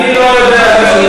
אני לא יודע.